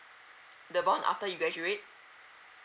the bond after you graduate